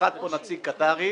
ינחת כאן נציג קטארי